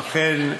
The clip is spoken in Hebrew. אכן,